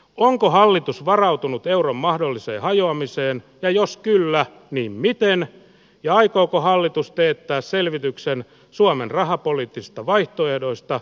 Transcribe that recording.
onko hallitus varautunut euron mahdolliseen hajoamiseen ja jos kyllä nimittäin aikooko hallitus teettää selvityksen suomen rahapoliittista vaihtoehdoista